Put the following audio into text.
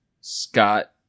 Scott